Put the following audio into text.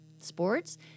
sports